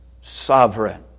sovereign